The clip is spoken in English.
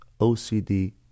OCD